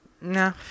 Nah